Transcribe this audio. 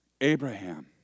Abraham